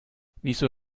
wieso